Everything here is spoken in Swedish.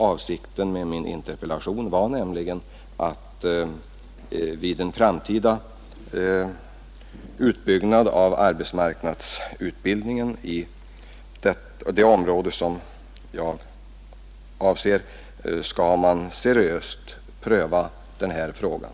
Avsikten med min interpellation var nämligen att man vid en framtida utbyggnad av arbetsmarknadsutbildningen i det område som jag avser skall seriöst pröva frågan.